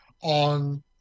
on